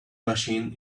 machine